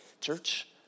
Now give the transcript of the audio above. church